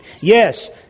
Yes